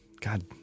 God